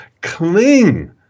cling